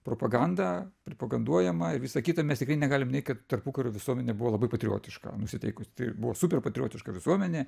propagandą propaganduojama ir visa kita mes tikrai negalim neigt kad tarpukario visuomenė buvo labai patriotiška nusiteikus tai buvo super patriotiška visuomenė